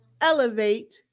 elevate